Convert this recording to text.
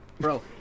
Bro